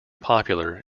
popular